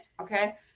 okay